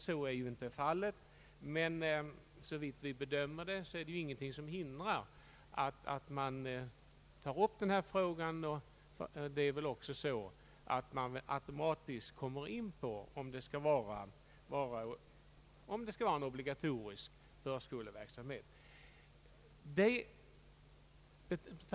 Så är ju inte fallet, men såvitt vi bedömer det är det ingenting som hindrar att denna fråga tas upp. Man kommer väl också automatiskt in på frågan, om det skall vara en obligatorisk förskoleverksamhet.